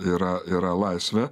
yra yra laisvė